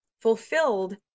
fulfilled